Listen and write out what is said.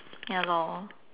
ya lor